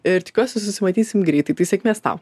ir tikiuosi susimatysim greitai tai sėkmės tau